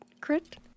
crit